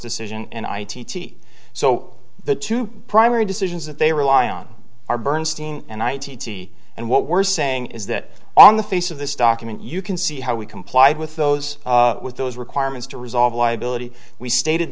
decision and i t t so the two primary decisions that they rely on are bernstein and i t t and what we're saying is that on the face of this document you can see how we complied with those with those requirements to resolve liability we stated